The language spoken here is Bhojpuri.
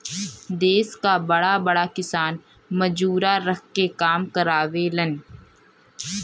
देस के बड़ा बड़ा किसान मजूरा रख के काम करावेलन